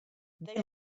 they